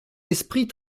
esprit